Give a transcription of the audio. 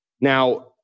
Now